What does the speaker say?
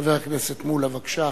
חבר הכנסת מולה אחריו.